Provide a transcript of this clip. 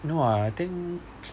no what I think